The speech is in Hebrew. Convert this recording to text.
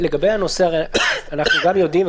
אנחנו יודעים,